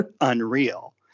unreal